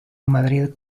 madrid